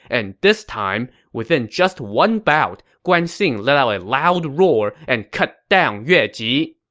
and this time, within just one bout, guan xing let out a loud roar and cut down yue ji.